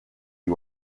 uyu